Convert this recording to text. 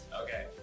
Okay